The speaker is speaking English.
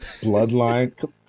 Bloodline